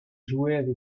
jouait